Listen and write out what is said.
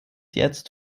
jetzt